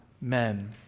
men